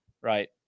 right